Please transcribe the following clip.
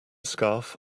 scarf